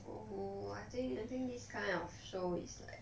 oh I think I think this kind of show is like